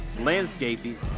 landscaping